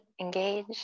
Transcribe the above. engage